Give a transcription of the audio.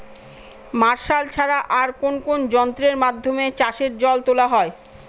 Martial ছাড়া আর কোন কোন যন্ত্রেরর মাধ্যমে চাষের জল তোলা হয়?